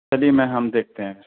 چلیے میں ہم دیکھتے ہیں